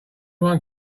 one